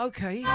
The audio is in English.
Okay